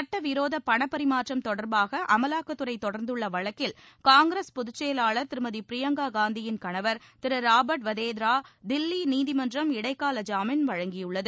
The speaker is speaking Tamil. சட்ட விரோத பணபரிமாற்றம் தொடர்பாக அமலாக்கத்துறை தொடர்ந்துள்ள வழக்கில் காங்கிரஸ் பொதுச் செயலாளர் திருமதி பிரியங்கா காந்தியின் கணவர் திரு ராபர்ட் வதேராவுக்கு தில்லி நீதிமன்றம் இடைக்கால ஜாமீன் வழங்கியுள்ளது